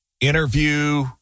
interview